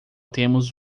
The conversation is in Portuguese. temos